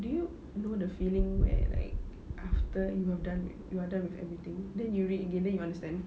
do you know the feeling where like after you have done you are done with everything then you read again then you understand